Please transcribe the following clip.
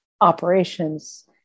operations